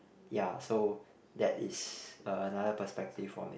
ya so that is another perspective on it